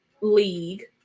league